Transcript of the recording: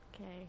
Okay